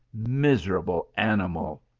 miserable ani mal,